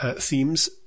themes